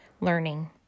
learning